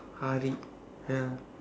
harry ya